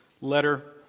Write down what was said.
letter